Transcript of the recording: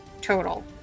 total